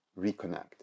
reconnect